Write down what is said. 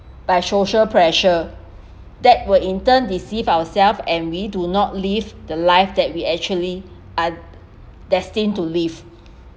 by social pressure that will in turn deceive ourself and we do not live the life that we actually are destined to live